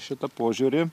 šitą požiūrį